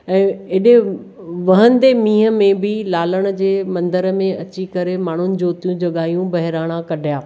ऐं एॾे वहंदे मींहं में बि लालण जे मंदिर में अची करे माण्हुनि जोतियूं जगायूं बहिराणा कढिया